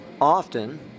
often